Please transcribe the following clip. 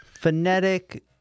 phonetic